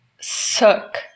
suck